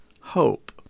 hope